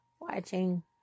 watching